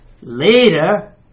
Later